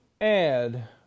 add